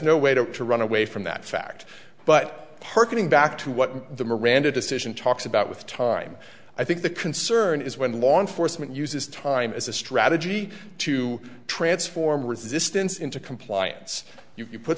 no way to run away from that fact but harkening back to what the miranda decision talks about with time i think the concern is when law enforcement uses time as a strategy to transform resistance into compliance you put